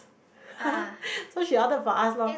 haha so she ordered for us lor